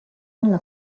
nella